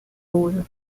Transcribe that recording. ouro